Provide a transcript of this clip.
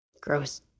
Gross